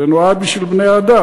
זה נועד לבני-האדם.